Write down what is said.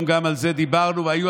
ואמרתי: איך זה יכול להיות?